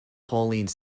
pauline